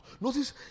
Notice